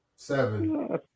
Seven